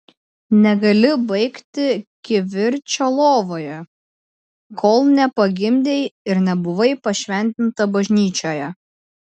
negali baigti kivirčo lovoje kol nepagimdei ir nebuvai pašventinta bažnyčioje